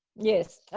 yes.